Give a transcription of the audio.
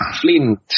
Flint